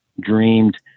dreamed